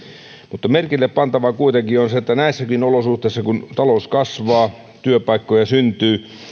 mutta merkille pantavaa kuitenkin on se että näissäkin olosuhteissa kun talous kasvaa työpaikkoja syntyy